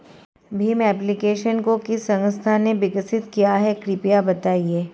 Bhim application को किस संस्था ने विकसित किया है कृपया बताइए?